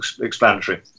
explanatory